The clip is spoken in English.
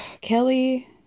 Kelly